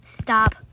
stop